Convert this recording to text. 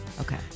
Okay